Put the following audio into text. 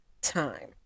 time